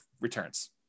returns